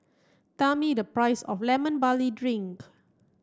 tell me the price of lemon barley drink